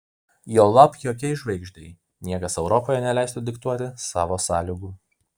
juolab jokiai žvaigždei niekas europoje neleistų diktuoti savo sąlygų